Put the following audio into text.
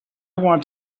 want